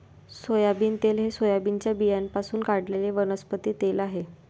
soybean तेल हे सोयाबीनच्या बियाण्यांपासून काढलेले वनस्पती तेल आहे